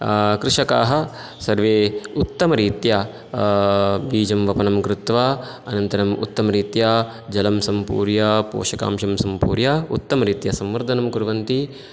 कृषकाः सर्वे उत्तमरीत्य बीजं वपनं कृत्वा अनन्तरं उत्तमरीत्य जलं सम्पूर्य पोषकांशम् सम्पूर्य उत्तमरीत्य संवर्धनं कुर्वन्ति